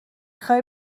خوای